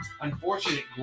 unfortunate